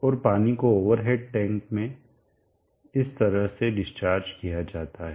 और पानी को ओवर हेड टैंक में इस तरह से डिस्चार्ज किया जाता है